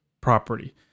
property